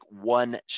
one